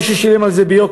מי ששילם על זה ביוקר,